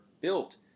built